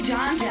John